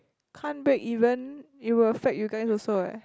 can't break even it will affect you guys also eh